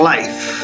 Life